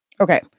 Okay